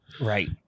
Right